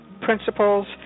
principles